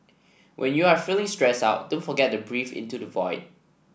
when you are feeling stressed out don't forget to breathe into the void